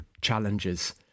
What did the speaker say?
challenges